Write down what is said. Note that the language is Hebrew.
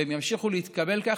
והן ימשיכו להתקבל כך.